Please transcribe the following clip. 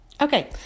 Okay